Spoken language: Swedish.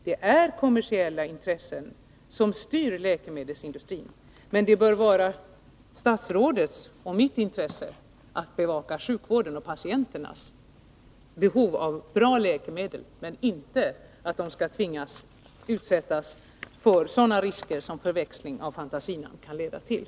Det är kommersiella intressen som styr läkemedelsindustrin. Men det bör vara i statsrådets och mitt intresse att bevaka patienternas behov av bra läkemedel, så att de inte skall tvingas bli utsatta för sådana risker som förväxling av fantasinamn kan leda till.